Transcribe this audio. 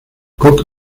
cook